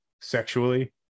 sexually